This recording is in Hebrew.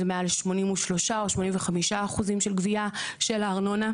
מעל 83% או 85% של גבייה של הארנונה,